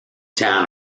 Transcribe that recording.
town